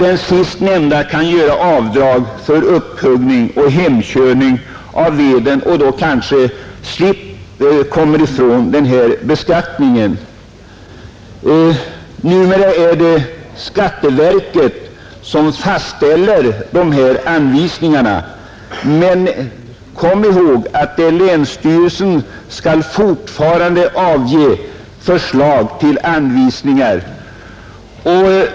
Den sistnämnde kan göra avdrag för upphuggning och hemkörning av veden och kommer då kanske ifrån denna beskattning. Numera är det riksskatteverket som fastställer dessa anvisningar, men kom ihåg att det är länsstyrelserna som fortfarande skall avge förslag till anvisningar!